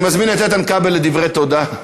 אני מזמין את איתן כבל לדברי תודה.